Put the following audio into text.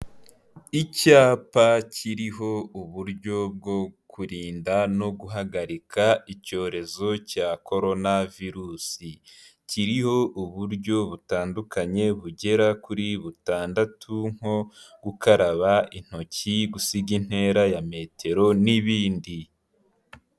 Icyapa kiriho uburyo bwo kurinda no guhagarika icyorezo cya corona virusi, kiriho uburyo butandukanye bugera kuri butandatu, nko gukaraba intoki gusiga intera ya metero n'ibindi.